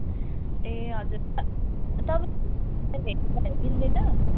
ए हजुर तपाईँ हेरिदिँदा मिल्दैन